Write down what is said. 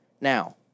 Now –